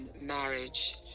marriage